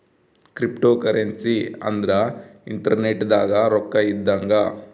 cryptocurrency ಅಂದ್ರ internet ದಾಗ ರೊಕ್ಕ ಇದ್ದಂಗ